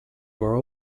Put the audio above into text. were